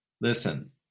Listen